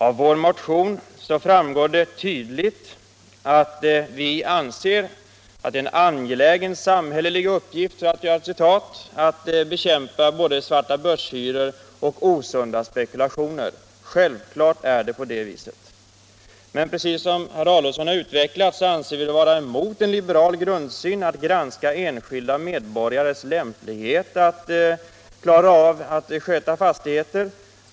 Av vår motion framgår det dock tydligt att vi anser att det är ”en angelägen samhällelig uppgift” att bekämpa både svartabörshyror och osunda spekulationer. Självfallet är det på det viset. Men, som herr Adolfsson utvecklat, anser vi det vara emot en liberal grundsyn att granska enskilda medborgares lämplighet att sköta fastigheter.